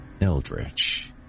Eldritch